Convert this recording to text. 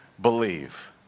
believe